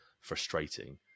frustrating